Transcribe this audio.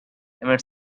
emmett